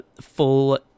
full